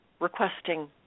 requesting